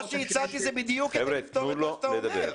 מה שהצעתי זה בדיוק כדי לפתור את מה שאתה אומר,